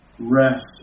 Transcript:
Rest